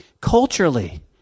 Culturally